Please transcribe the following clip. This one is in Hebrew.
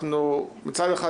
מצד אחד,